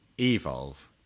evolve